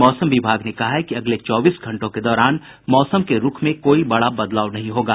मौसम विभाग ने कहा है कि अगले चौबीस घंटों के दौरान मौसम के रूख में कोई बड़ा बदलाव नहीं होगा